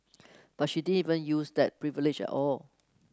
but she didn't even use that 'privilege' at all